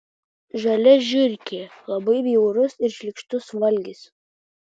žalia žiurkė labai bjaurus ir šlykštus valgis